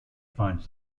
finds